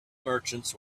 merchants